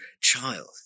child